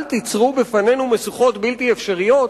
אל תיצרו בפנינו משוכות בלתי אפשריות,